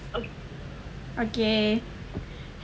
ok